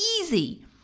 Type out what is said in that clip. easy